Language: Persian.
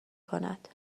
کند